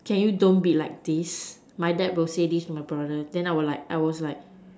can you don't be like this my dad will say this to my brother then I will like I was like